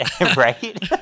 Right